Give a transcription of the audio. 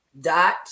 dot